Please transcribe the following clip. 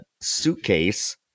suitcase